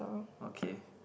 okay